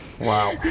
Wow